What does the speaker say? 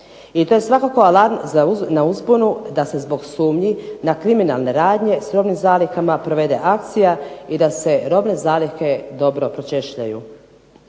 I to je svakako alarm za uzbunu da se zbog sumnji na kriminalne radnje s robnim zalihama provede akcija i da se robne zalihe dobro pročešljaju.